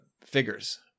figures